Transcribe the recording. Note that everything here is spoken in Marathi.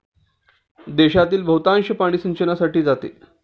देशातील बहुतांश पाणी सिंचनासाठी जाते